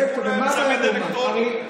ישימו להם צמיד אלקטרוני.